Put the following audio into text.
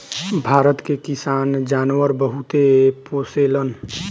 भारत के किसान जानवर बहुते पोसेलन